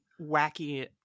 wacky